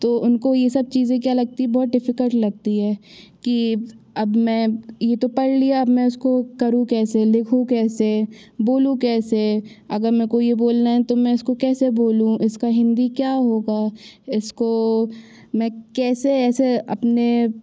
तो उनको ये सब चीजे़ं क्या लगाती है बहुत डिफ़िकल्ट लगती है कि अब मैं यह तो पढ़ लिया अब मैं उसको करूँ कैसे लिखूँ कैसे बोलूँ कैसे अगर मे को यह बोलना है तो मैं इसको कैसे बोलूँ इसकी हिंदी क्या होगा इसको मैं कैसे ऐसे अपने